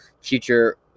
future